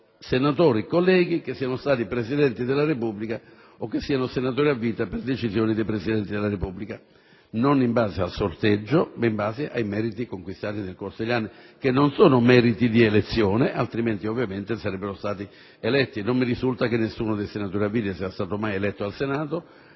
senatori che siano stati Presidenti della Repubblica o che siano senatori a vita per decisione dei Presidenti della Repubblica, non in base al sorteggio, ma in base a meriti conquistati nel corso degli anni, che non sono meriti di elezione, altrimenti ovviamente sarebbero stati eletti. Non mi risulta che nessuno dei senatori a vita sia stato mai eletto al Senato,